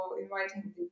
inviting